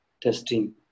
testing